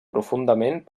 profundament